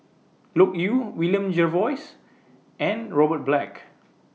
Loke Yew William Jervois and Robert Black